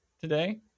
today